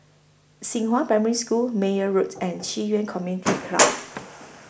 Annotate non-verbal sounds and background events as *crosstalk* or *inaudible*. Xinghua Primary School Meyer Road and Ci Yuan Community *noise* Club